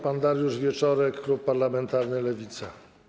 Pan poseł Dariusz Wieczorek, klub parlamentarny Lewica.